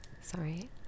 Sorry